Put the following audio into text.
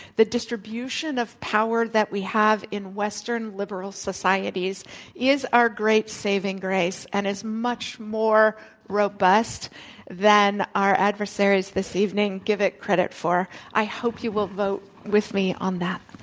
the distribution of power that we have in western liberal societies is our great saving grace, grace, and is much more robust than our adversaries this evening give it credit for. i hope you will vote with me on that.